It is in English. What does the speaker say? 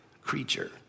creature